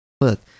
Look